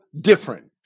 different